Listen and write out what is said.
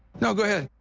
no, go ahead.